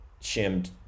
shimmed